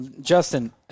Justin